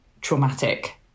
traumatic